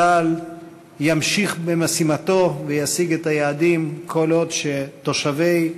צה"ל ימשיך במשימתו וישיג את היעדים כל עוד תושבי,